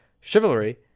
chivalry